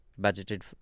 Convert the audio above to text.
budgeted